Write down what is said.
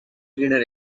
greener